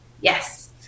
yes